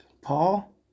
Paul